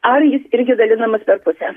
ar jis irgi dalinamas per pusę